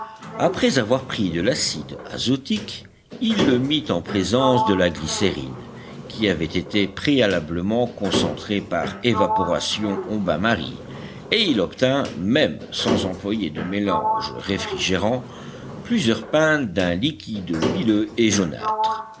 après avoir pris de l'acide azotique il le mit en présence de la glycérine qui avait été préalablement concentrée par évaporation au bain-marie et il obtint même sans employer de mélange réfrigérant plusieurs pintes d'un liquide huileux et